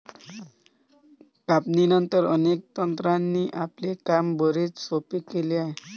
कापणीनंतर, अनेक तंत्रांनी आपले काम बरेच सोपे केले आहे